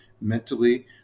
mentally